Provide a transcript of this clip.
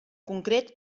concret